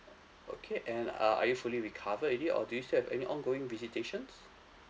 okay and uh are you fully recovered already or do you still have any ongoing visitations